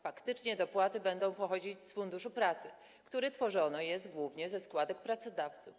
Faktycznie dopłaty będą pochodzić z Funduszu Pracy, który tworzony jest głównie ze składek pracodawców.